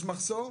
יש מחסור,